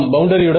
பவுண்டரியுடன்